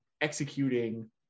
executing